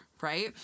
Right